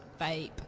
vape